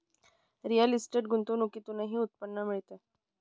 real estate गुंतवणुकीतूनही उत्पन्न मिळते